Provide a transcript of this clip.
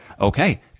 Okay